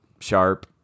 Sharp